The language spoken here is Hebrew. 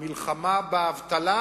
המלחמה באבטלה,